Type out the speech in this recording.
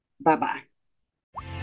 Bye-bye